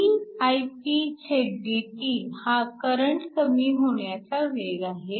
dIpdt हा current कमी होण्याचा वेग आहे